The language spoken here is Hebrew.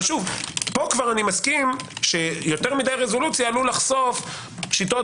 פה אני מסכים שיותר מדי רזולוציה עלול לחשוף שיטות